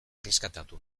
erreskatatu